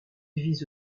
vise